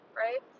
right